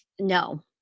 No